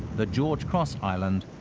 the george cross island,